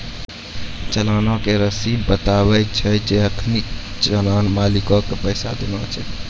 चलानो के रशीद बताबै छै जे अखनि चलान मालिको के पैसा देना छै